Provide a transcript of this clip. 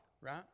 right